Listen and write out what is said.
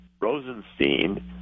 Rosenstein